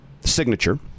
signature